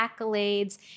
accolades